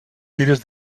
fires